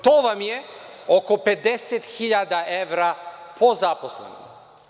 To vam je oko 50.000 evra po zaposlenom.